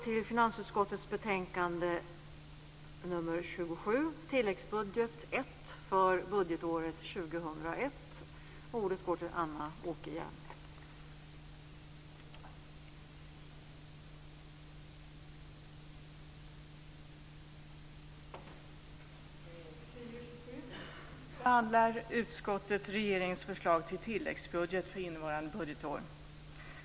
I finansutskottets betänkande FiU27 behandlar utskottet regeringens förslag till tilläggsbudget 1 för innevarande budgetår.